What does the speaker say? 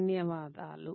ధన్యవాదాలు